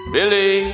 Billy